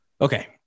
Okay